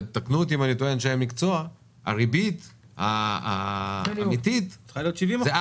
ותקנו אותי אם אני טועה, הריבית האמיתית זה 4.86,